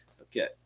okay